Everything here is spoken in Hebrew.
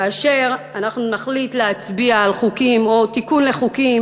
כאשר אנחנו נחליט להצביע על חוקים או תיקון לחוקים